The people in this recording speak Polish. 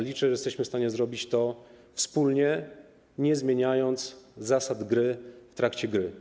Liczę, że jesteśmy w stanie zrobić to wspólnie, nie zmieniając zasad gry w trakcie gry.